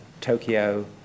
Tokyo